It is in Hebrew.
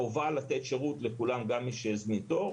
חובה לתת שרות לכולם גם מי שלא הזמין תור,